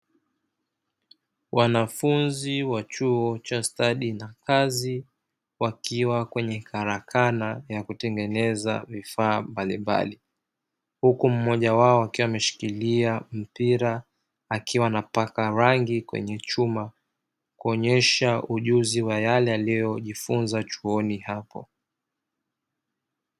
Wanafunzi wa chuo cha stadi na kazi, wakiwa kwenye karakana ya kutengeneza vifaa mbalimbali. Huku mmoja wao akiwa ameshikilia mpira, akiwa anapaka rangi kwenye chuma. Kuonyesha ujuzi wa yale aliyojifunza chuoni hapo.